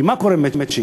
כי מה קורה במצ'ינג?